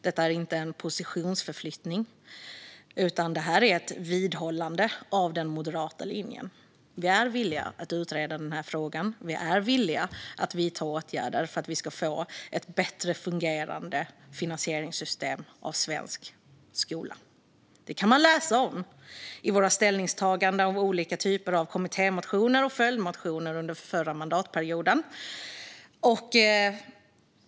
Detta är inte en positionsförflyttning, utan det är att vidhålla den moderata linjen. Vi är villiga att utreda denna fråga. Vi är villiga att vidta åtgärder för att få ett bättre fungerande finansieringssystem för svensk skola. Detta kan man läsa om i våra ställningstaganden i olika typer av kommittémotioner och följdmotioner under förra mandatperioden.